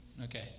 Okay